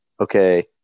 okay